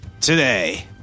today